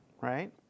right